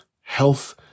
health